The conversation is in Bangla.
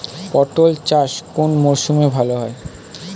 পটল চাষ কোন মরশুমে ভাল হয়?